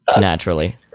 Naturally